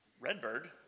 Redbird